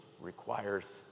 requires